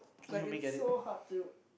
like it's so hard to